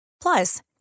Plus